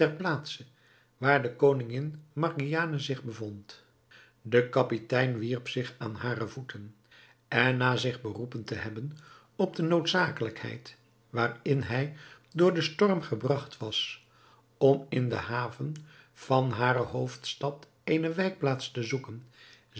plaatse waar de koningin margiane zich bevond de kapitein wierp zich aan hare voeten en na zich beroepen te hebben op de noodzakelijkheid waarin hij door den storm gebragt was om in de haven van hare hoofdstad eene wijkplaats te zoeken